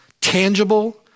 tangible